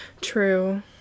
True